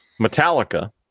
Metallica